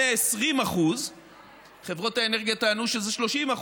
מ-20% חברות האנרגיה טענו שזה 30%,